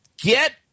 Get